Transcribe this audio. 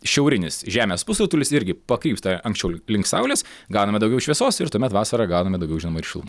šiaurinis žemės pusrutulis irgi pakrypsta anksčiau link saulės gauname daugiau šviesos ir tuomet vasarą gauname daugiau žinoma ir šilumos